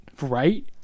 right